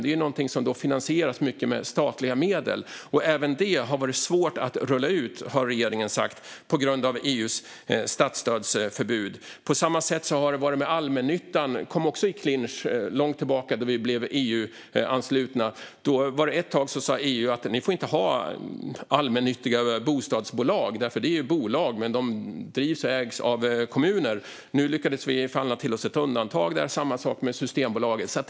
Det är någonting som till stor del finansieras med statliga medel, och regeringen har sagt att även detta har varit svårt att rulla ut på grund av EU:s statsstödsförbud. På samma sätt har det varit med allmännyttan. Där kom man också i klinch med reglerna långt tillbaka i tiden när vi blev EU-anslutna. EU sa då ett tag: Ni får inte ha allmännyttiga bostadsbolag. De är ju bolag, men de drivs och ägs av kommuner. Där lyckades Sverige förhandla till sig ett undantag, och det är samma sak med Systembolaget.